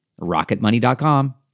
RocketMoney.com